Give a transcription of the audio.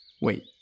Wait